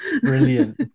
Brilliant